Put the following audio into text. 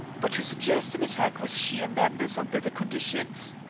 but to suggest an attack was sheer madness under the conditions.